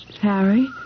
Harry